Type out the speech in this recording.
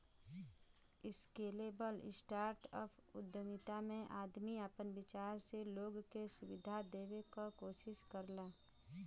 scalable startup उद्यमिता में आदमी आपन विचार से लोग के सुविधा देवे क कोशिश करला